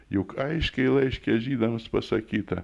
juk aiškiai laiške žydams pasakyta